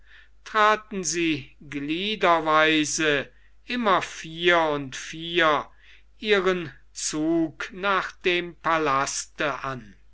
traten sie gliederweise immer vier und vier ihren zug nach dem palaste an